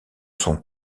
sont